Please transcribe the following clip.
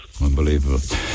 unbelievable